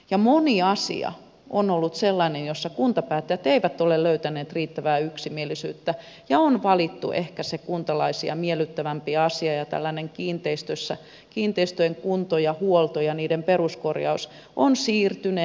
ja moni asia on ollut sellainen jossa kuntapäättäjät eivät ole löytäneet riittävää yksimielisyyttä ja on valittu ehkä se kuntalaisia miellyttävämpi asia ja tällainen kiinteistöjen kunto ja huolto ja niiden peruskorjaus ovat siirtyneet ja siirtyneet